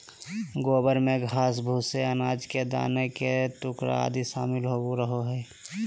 गोबर में घास, भूसे, अनाज के दाना के टुकड़ा आदि शामिल रहो हइ